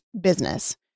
business